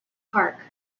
park